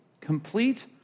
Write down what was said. complete